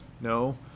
No